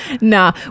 Nah